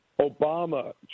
Obama